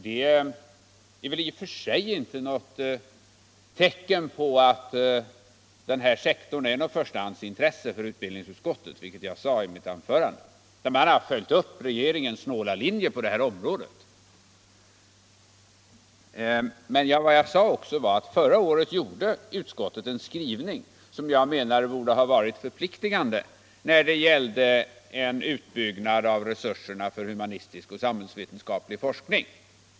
Det är i och för sig inte något tecken på att denna sektor inte är ett förstahandsintresse inom utbildningsutskottet. Jag påpekade detta i det förra anförandet: Vi har bara följt upp regeringens snåla politik på det här området. Men jag sade också att förra året gjorde utskottet en skrivning, som jag menar borde ha varit förpliktande när det gällde en utbyggnad av resurserna för humanistisk och samhällsvetenskaplig forskning.